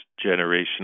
generation